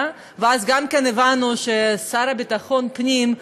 והבנו שגם השר לביטחון פנים,